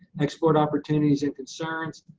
export opportunities and concerns,